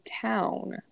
town